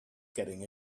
getting